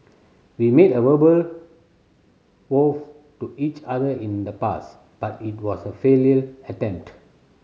we made a verbal vows to each other in the past but it was a attempt